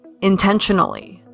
intentionally